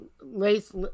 lace